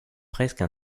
presque